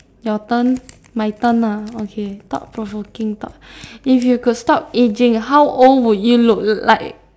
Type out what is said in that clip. your turn my turn lah okay thought provoking thought if you could stop ageing how old would you look like